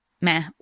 meh